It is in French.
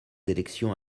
élections